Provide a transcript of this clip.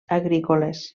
agrícoles